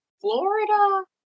Florida